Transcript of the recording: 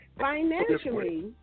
financially